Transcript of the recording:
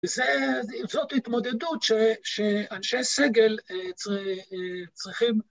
וזה זאת התמודדות שאנשי סגל צריכים...